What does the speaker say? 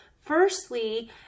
firstly